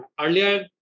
Earlier